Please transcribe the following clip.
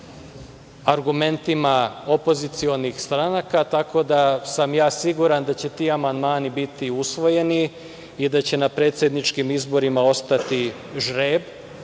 argumentima opozicionih stranaka, tako da sam ja siguran da će ti amandmani biti usvojeni i da će na predsedničkim izborima ostati žreb,